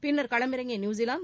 பின்னர் களமிறங்கிய நியுசிலாந்து